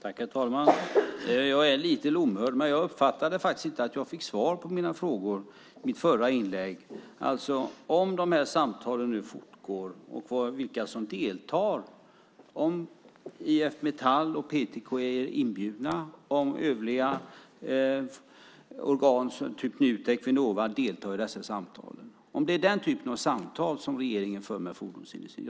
Herr talman! Jag är visserligen lite lomhörd. Men jag uppfattade faktiskt inte att jag fick några svar på frågorna i mitt förra inlägg. Jag undrar alltså om de här samtalen fortgår och vilka som deltar, om IF Metall och PTK är inbjudna och om övriga organ - typ Nutek och Vinnova - deltar i samtalen. Är det den typen av samtal som regeringen för med fordonsindustrin?